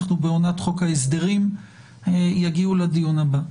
אנחנו בעונת חוק ההסדרים, הם יגיעו לדיון הבא.